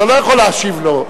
אתה לא יכול להשיב לו.